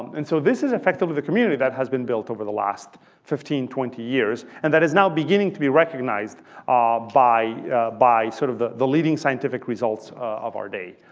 and so this is effectively the community that has been built over the last fifteen, twenty years and that is now beginning to be recognized by by sort of the the leading scientific results of our day.